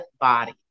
body